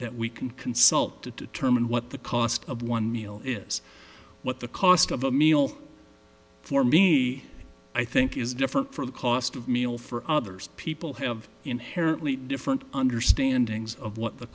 that we can consult to determine what the cost of one meal is what the cost of a meal for me i think is different for the cost of meal for others people have inherently different understandings of what the